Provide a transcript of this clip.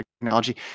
technology